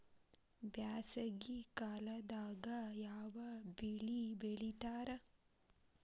ಬ್ಯಾಸಗಿ ಕಾಲದಾಗ ಯಾವ ಬೆಳಿ ಬೆಳಿತಾರ?